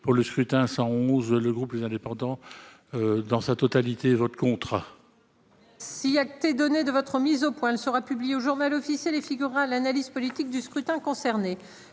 pour le scrutin 111 le groupe les indépendants. Dans sa totalité votre contrat. S'il a été donné de votre mise au point ne sera publié au Journal officiel et figurera l'analyse politique du scrutin concernés